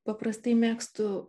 paprastai mėgstu